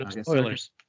Spoilers